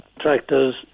tractors